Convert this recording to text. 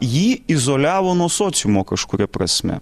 jį izoliavo nuo sociumo kažkuria prasme